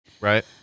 Right